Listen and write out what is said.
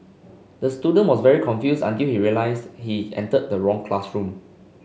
the student was very confused until he realised he entered the wrong classroom